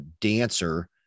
dancer